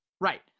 Right